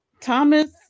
Thomas